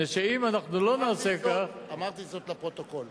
מפני שאם אנחנו לא נעשה כך, אמרתי זאת לפרוטוקול.